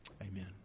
Amen